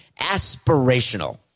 Aspirational